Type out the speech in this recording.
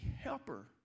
helper